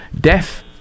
death